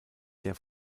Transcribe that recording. der